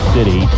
City